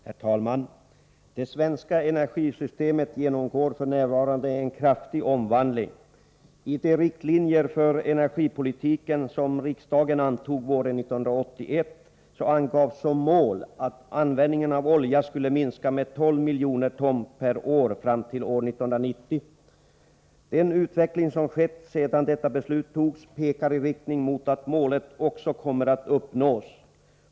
Herr talman! Det svenska energisystemet genomgår f.n. en kraftig omvandling. I de riktlinjer för energipolitiken som riksdagen antog våren 1981 angavs som mål att användningen av olja skulle minska med 12 miljoner ton per år fram till år 1990. Den utveckling som skett sedan detta beslut togs pekar i riktning mot att målet också kommer att nås.